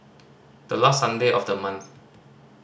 the last Sunday of the month